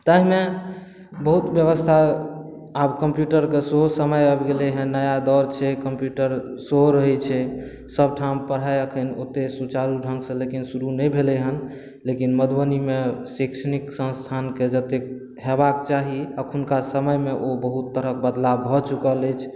ताहि मे बहुत ब्यबस्था आब कम्प्यूटर शके सेहो समय आबि गेलै हँ नया दौर छै कम्प्यूटर सेहो रहै छै सभ ठाम पढ़ाइ अखन ओते सुचारू ढङ्गसँ लेकिन शुरू नहि भेलै हँ लेकिन मधुबनी मे शैक्षणिक सन्स्थान केँ जते हेबाक चाही एखुनका समय मे ओ बहुत तरहक बदलाव भऽ चुकल अछि